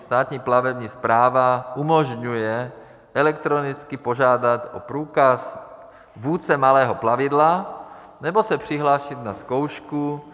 Státní plavební správa umožňuje elektronicky požádat o průkaz vůdce malého plavidla nebo se přihlásit na zkoušku.